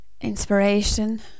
inspiration